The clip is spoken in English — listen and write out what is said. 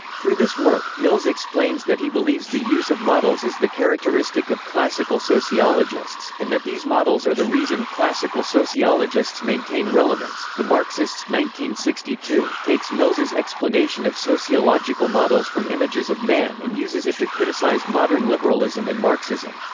through this work, mills explains that he believes the use of models is the characteristic of classical sociologists, and that these models are the reason classical sociologists maintain relevance the marxists takes mills's explanation of sociological models from images of man and uses it to criticize modern liberalism and marxism.